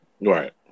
Right